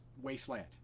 wasteland